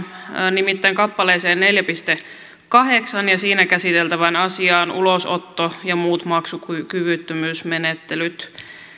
nimittäin kappaleeseen neljä piste kahdeksan ja siinä käsiteltävään asiaan ulosotto ja muut maksukyvyttömyysmenettelyt